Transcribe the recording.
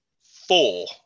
Four